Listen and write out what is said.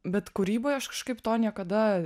bet kūryboj aš kažkaip to niekada